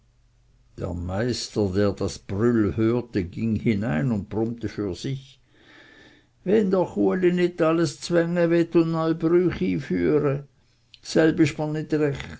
der meister der das brüll hörte ging hinein und brummte für sich wenn doch uli nicht alles zwänge wett und neu brüch yfüere